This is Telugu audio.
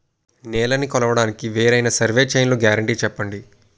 నేలనీ కొలవడానికి వేరైన సర్వే చైన్లు గ్యారంటీ చెప్పండి?